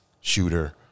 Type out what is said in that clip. shooter